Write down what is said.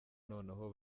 noneho